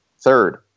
third